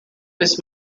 was